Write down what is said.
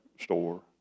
store